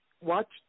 watch